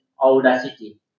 audacity